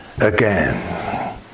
again